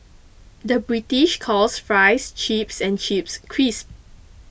the British calls Fries Chips and Chips Crisps